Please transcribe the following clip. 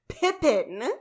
Pippin